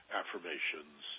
affirmations